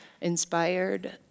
inspired